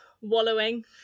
wallowing